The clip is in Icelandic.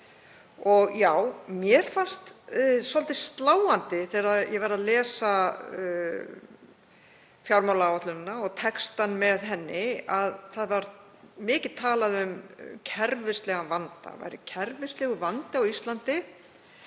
Og já, mér fannst svolítið sláandi þegar ég las fjármálaáætlunina og textann með henni að þar var mikið talað um kerfislægan vanda, að það væri kerfislægur vandi á Íslandi